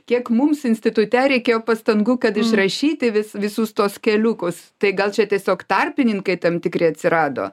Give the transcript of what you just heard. kiek mums institute reikėjo pastangų kad išrašyti vis visus tuos keliukus tai gal čia tiesiog tarpininkai tam tikri atsirado